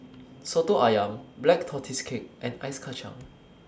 Soto Ayam Black Tortoise Cake and Ice Kachang